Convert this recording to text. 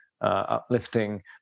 Uplifting